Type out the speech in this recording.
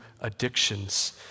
addictions